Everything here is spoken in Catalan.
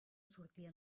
sortia